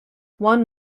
one